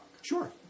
Sure